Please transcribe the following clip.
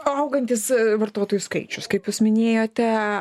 augantis vartotojų skaičius kaip jūs minėjote